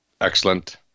excellent